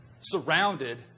surrounded